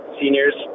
seniors